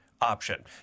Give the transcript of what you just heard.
option